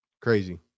Crazy